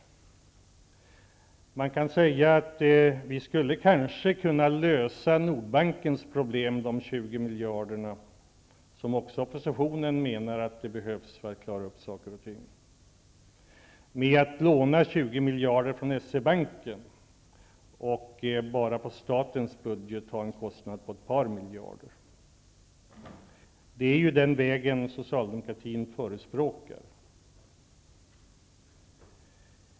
Man kan säga att vi kanske skulle kunna lösa Nordbankens problem och få 20 miljarder, som oppositionen också menar behövs för att klara upp saker och ting, med att låna 20 miljarder från S-E Banken och på statens budget bara ha en kostnad på ett par miljarder. Det är den väg som Socialdemokraterna förespråkar.